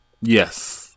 Yes